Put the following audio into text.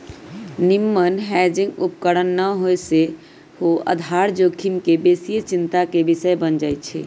निम्मन हेजिंग उपकरण न होय से सेहो आधार जोखिम बेशीये चिंता के विषय बन जाइ छइ